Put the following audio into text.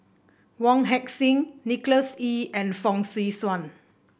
Wong Heck Sing Nicholas Ee and Fong Swee Suan